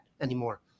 anymore